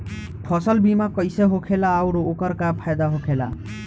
फसल बीमा कइसे होखेला आऊर ओकर का फाइदा होखेला?